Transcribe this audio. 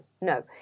No